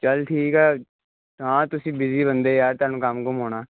ਚਲ ਠੀਕ ਆ ਹਾਂ ਤੁਸੀਂ ਬਿਜ਼ੀ ਬੰਦੇ ਆ ਤੁਹਾਨੂੰ ਕੰਮ ਕੁੰਮ ਹੋਣਾ